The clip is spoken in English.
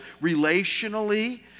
relationally